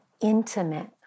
intimate